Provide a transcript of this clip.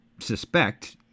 suspect